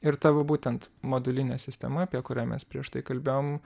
ir ta va būtent modulinė sistema apie kurią mes prieš tai kalbėjom